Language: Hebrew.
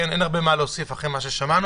אין הרבה מה להוסיף אחרי מה ששמענו,